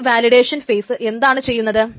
ഈ validation phase എന്താണ് ചെയ്യുന്നത്